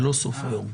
זה לא סוף היום.